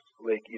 Lake